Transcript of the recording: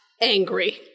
angry